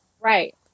Right